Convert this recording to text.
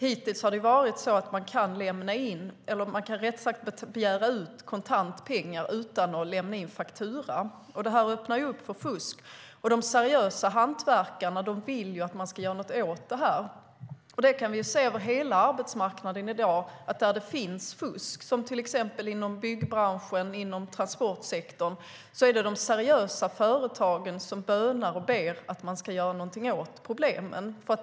Hittills har det varit så att man kan begära ut pengar kontant utan att lämna in en faktura. Det öppnar för fusk. De seriösa hantverkarna vill att vi ska göra något åt det. Det kan vi se över hela arbetsmarknaden i dag. Där det finns fusk, som till exempel inom byggbranschen och transportsektorn, är det de seriösa företagen som bönar och ber att vi ska göra någonting åt problemen.